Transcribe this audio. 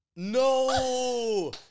No